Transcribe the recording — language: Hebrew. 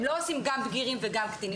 הם לא עושים גם בגירים וגם קטינים.